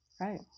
right